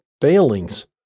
failings